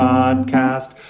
Podcast